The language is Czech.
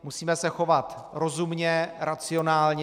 Musíme se chovat rozumně, racionálně.